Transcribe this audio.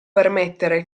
permettere